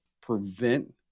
prevent